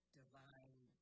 divine